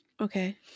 Okay